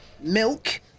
milk